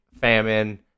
famine